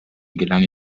gelang